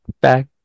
back